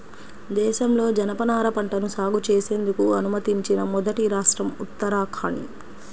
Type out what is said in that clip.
దేశంలో జనపనార పంటను సాగు చేసేందుకు అనుమతించిన మొదటి రాష్ట్రం ఉత్తరాఖండ్